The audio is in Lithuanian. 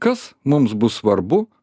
kas mums bus svarbu